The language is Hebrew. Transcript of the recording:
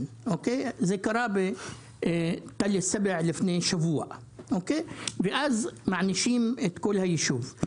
- זה קרה בתל אלסבע לפני שבוע - ואז מענישים את כל היישוב;